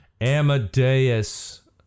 Amadeus